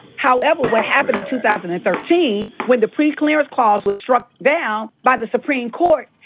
however what happened in two thousand and thirteen when the pre-clearance clause was struck down by the supreme court,